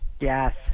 Yes